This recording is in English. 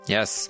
Yes